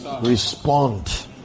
Respond